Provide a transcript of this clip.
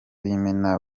b’imena